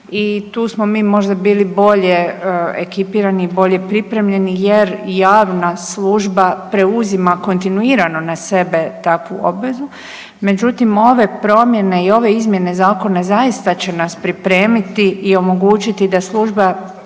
i tu smo mi možda bili bolje ekipirani i bolje pripremljeni jer javna služba preuzima kontinuirano na sebe takvu obvezu. Međutim, ove promjene i ove izmjene zakona zaista će nas pripremiti i omogućiti da služba